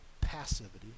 passivity